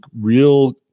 real